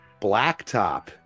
blacktop